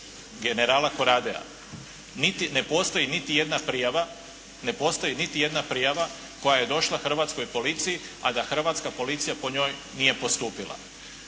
jedna prijava, ne postoji niti jedna prijava koja je došla Hrvatskoj policiji, a da Hrvatska policija po njoj nije postupila.